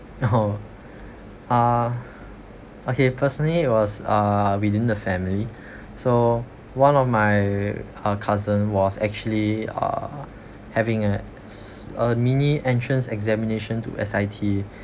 oh uh okay personally it was uh within the family so one of my uh cousin was actually uh having a s~ a mini entrance examination to S_I_T